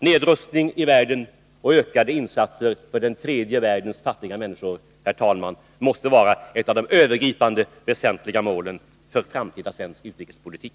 Nedrustning i världen och ökade insatser för den tredje världens fattiga människor måste, herr talman, vara ett av de övergripande väsentliga målen för framtida svensk utrikespolitik.